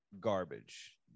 garbage